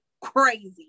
crazy